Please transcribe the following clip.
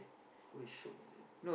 shiok like that